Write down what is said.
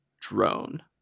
drone